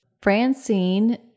Francine